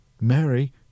Mary